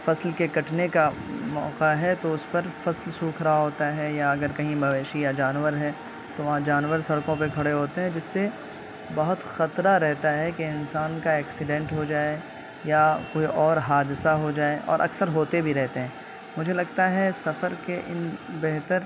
فصل کے کٹنے کا موقع ہے تو اس پر فصل سوکھ رہا ہوتا ہے یا اگر کہیں مویشی یا جانور ہیں تو وہاں جانور سڑکوں پہ کھڑے ہوتے ہیں جس سے بہت خطرہ رہتا ہے کہ انسان کا ایکسیڈینٹ ہو جائے یا کوئی اور حادثہ بھی ہو جائے اور اکثر ہوتے بھی رہتے ہیں مجھے لگتا ہے کہ سفر کے ان بہتر